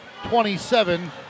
27